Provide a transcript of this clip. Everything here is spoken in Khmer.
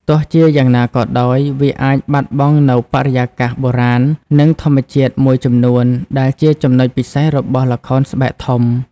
ទោះជាយ៉ាងណាក៏ដោយ វាអាចបាត់បង់នូវបរិយាកាសបុរាណ និងធម្មជាតិមួយចំនួនដែលជាចំណុចពិសេសរបស់ល្ខោនស្បែកធំ។